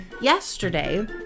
yesterday